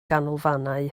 ganolfannau